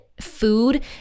food